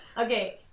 okay